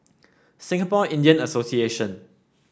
Singapore Indian Association